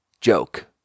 joke